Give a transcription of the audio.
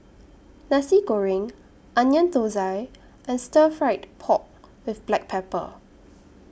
Nasi Goreng Onion Thosai and Stir Fried Pork with Black Pepper